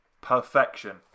Perfection